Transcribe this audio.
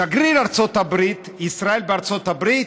שגריר ישראל בארצות הברית,